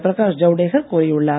பிரகாஷ் ஜவடேகர் கூறியுள்ளார்